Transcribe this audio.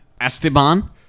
Esteban